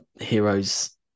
heroes